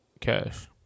cash